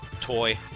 toy